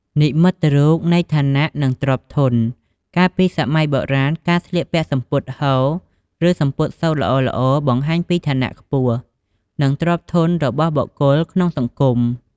និមិត្តរូបនៃឋានៈ និងទ្រព្យធន កាលពីសម័យបុរាណ ការស្លៀកពាក់សំពត់ហូល ឬសំពត់សូត្រល្អៗបង្ហាញពីឋានៈខ្ពស់ និងទ្រព្យធនរបស់បុគ្គលក្នុងសង្គម។